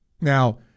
Now